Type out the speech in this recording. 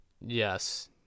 Yes